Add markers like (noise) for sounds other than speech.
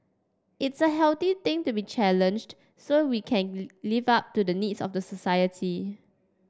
it's a healthy thing to be challenged so we can (unintelligible) live up to the needs of the society